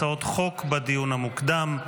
הצעות חוק בדיון המוקדם.